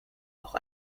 auch